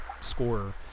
scorer